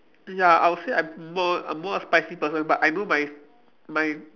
ya I would say I'm more I'm more a spicy person but I know my my